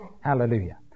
Hallelujah